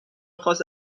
خاص